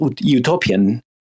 utopian